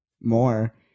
more